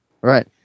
right